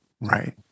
Right